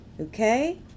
Okay